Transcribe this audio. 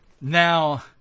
now